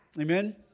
Amen